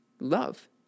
love